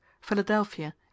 Philadelphia